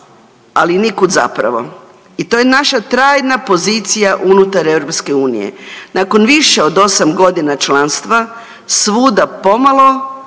ali nikud zapravo i to je naša trajna pozicija unutar EU. Nakon više od 8.g. članstva svuda pomalo,